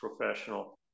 professional